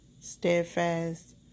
steadfast